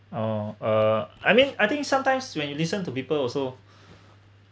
oh uh I mean I think sometimes when you listen to people also